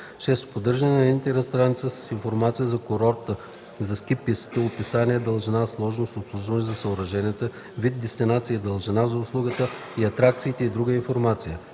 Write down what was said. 6. поддържане на интернет страница с информация за курорта, за ски пистите (описание, дължина, сложност, обслужване), за съоръженията (вид, дестинация и дължина), за услугите и атракциите и друга информация;